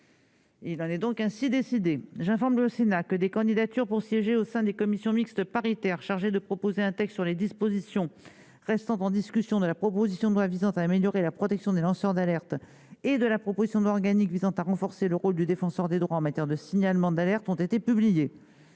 Il en est ainsi décidé. J'informe le Sénat que des candidatures pour siéger au sein des commissions mixtes paritaires chargées de proposer un texte sur les dispositions restant en discussion de la proposition de loi visant à améliorer la protection des lanceurs d'alerte et de la proposition de loi organique visant à renforcer le rôle du Défenseur des droits en matière de signalement d'alerte ont été publiées.